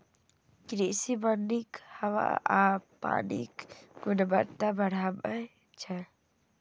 कृषि वानिक हवा आ पानिक गुणवत्ता बढ़बै छै